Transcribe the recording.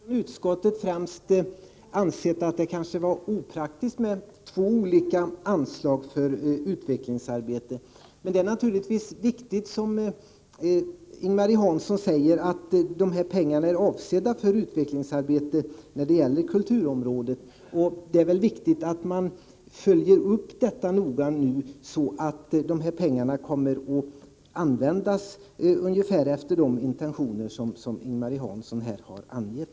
Herr talman! Jag vill bara i korthet säga att vi i utskottet främst ansett att det är opraktiskt med två olika anslag för utvecklingsarbete. Men det är naturligtvis riktigt som Ing-Marie Hansson säger att dessa pengar är avsedda för utvecklingsarbete på kulturområdet. Det är viktigt att man noga följer upp detta, så att pengarna kommer att användas ungefär efter de intentioner som Ing-Marie Hansson här har angett.